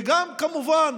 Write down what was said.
וגם כמובן